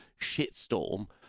shitstorm